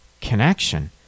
connection